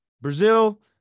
Brazil